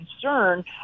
concern